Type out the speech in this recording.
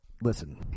listen